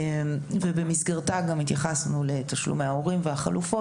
ובמסגרתה גם התייחסנו לתשלומי ההורים והחלופות.